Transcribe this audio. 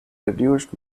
reduced